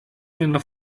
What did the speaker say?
nella